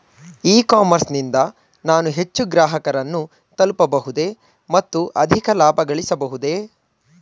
E commerce ನಿಂದ ನಾನು ಹೆಚ್ಚು ಗ್ರಾಹಕರನ್ನು ತಲುಪಬಹುದೇ ಮತ್ತು ಅಧಿಕ ಲಾಭಗಳಿಸಬಹುದೇ?